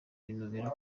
binubira